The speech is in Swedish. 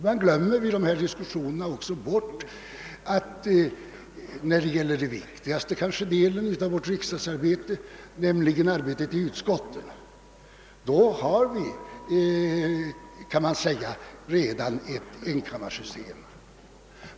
Man glömmer i dessa diskussioner också att vi när det gäller den kanske viktigaste delen av riksdagsarbetet, nämligen utskottsverksamheten, redan har ett slags enkammarsystem.